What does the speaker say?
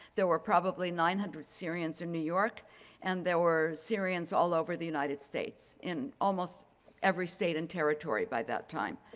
there were probably nine hundred syrians in new york and there were syrians all over the united states in almost every state and territory by that time.